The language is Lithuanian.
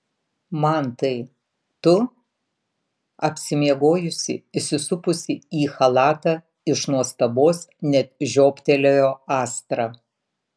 mantai tu apsimiegojusi įsisupusi į chalatą iš nuostabos net žioptelėjo astra